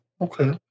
okay